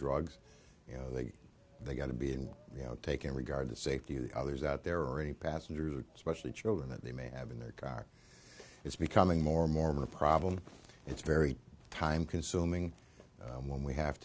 drugs you know that they get to be in you know take in regard the safety of the others out there are any passengers would especially children that they may have in their car is becoming more and more of a problem it's very time consuming when we have